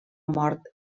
mort